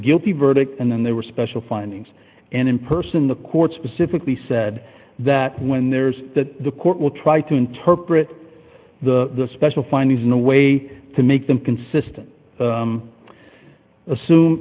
guilty verdict and then there were special findings and in person the court specifically said that when there's that the court will try to interpret the special findings in a way to make them consistent assume